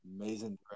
amazing